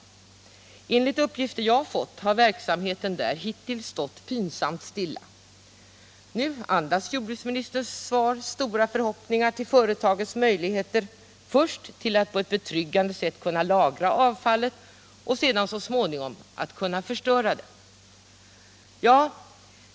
Men enligt uppgifter som jag har fått har verksamheten där hittills stått pinsamt stilla. Nu andas jordbruksministerns svar stora förhoppningar på företagets möjligheter att på ett betryggande sätt lagra avfallet och sedan så småningom förstöra det.